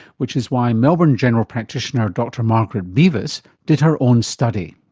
which is why melbourne general practitioner dr margaret beavis did her own study.